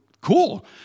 cool